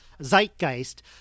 zeitgeist